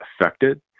affected